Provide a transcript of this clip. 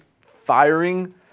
firing